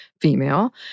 female